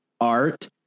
art